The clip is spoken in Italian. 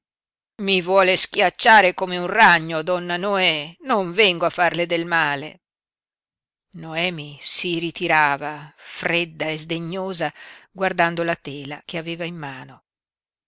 i vuole schiacciare come un ragno donna noè non vengo a farle del male noemi si ritirava fredda e sdegnosa guardando la tela che aveva in mano